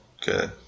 good